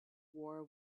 war